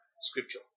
scripture